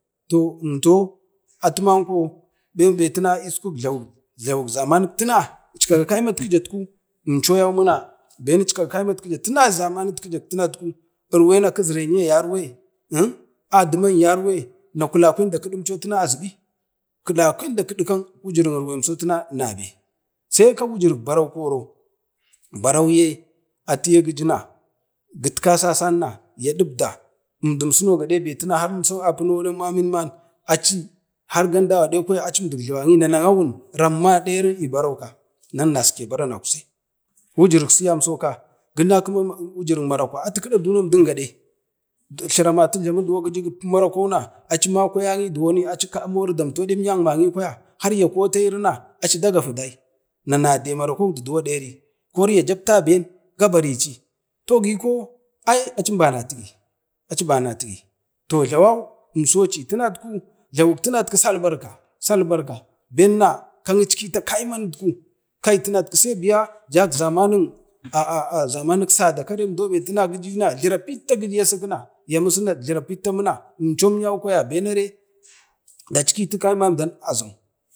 to amma tirka kaimun kijam achoman, toi i wujuruk tima yar we i kiziren ye yauwe, adinan ka yarke na kulakwen da kiɗincho azubi, kulakwe da kidi wujurin irwemso nabe, sai kan wujuruk barau ye atiye gijina gifta sasan na ya ɗiɓda inchuno aci apuno gamdan gaɗe barau man awun ɗeri barau ka nan naske barau nan nakze, tina wujuruk marakwa atu kiɗa wanan əmdin gaɗe, are wanak marakwau har acimso mapunau aci duwon makuwenyi kwaya har ya koteri na aci da gafigi na awunade na nade marakwau du duwa neri har japta ben na kori gabarici ai acin barnatigi acim banatigi toh jlawan insoci jlawuk sabu salbarka- salbarka benna kan iclika kaimon no sai karek sabu gijai musu karen na tləra pitta, kareu asiki tlara pitta mena ben dackitikaimon umdau azim.